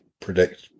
predict